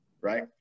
right